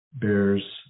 bears